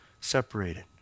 separated